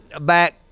back